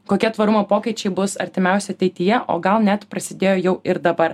kokie tvarumo pokyčiai bus artimiausio ateityje o gal net prasidėjo jau ir dabar